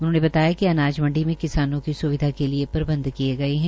उनहोंने बताया कि अनाज मंडी में किसानों की स्विधा के लिए प्रबंध किए गये है